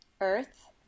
Earth